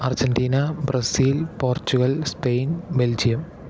Argentina Brazil Portugal Spain Belgium